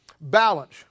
balance